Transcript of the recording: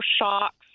shocks